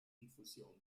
diffusion